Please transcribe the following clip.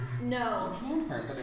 No